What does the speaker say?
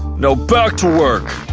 now, back to work!